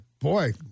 boy